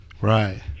right